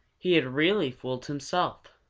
he had really fooled himself.